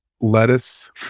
lettuce